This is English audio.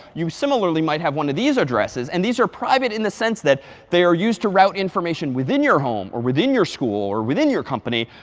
you similarly might have one of these addresses. and these are private in the sense that they are used to route information within your home or within your school or within your company,